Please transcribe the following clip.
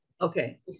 Okay